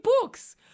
books